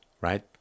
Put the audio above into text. right